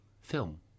film